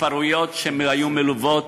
התפרעויות שהיו מלוות